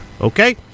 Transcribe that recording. Okay